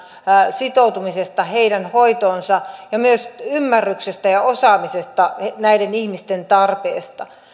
sitoutumisesta heidän hoitoonsa ja myös ymmärryksestä ja osaamisesta näiden ihmisten tarpeista